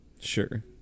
Sure